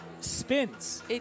spins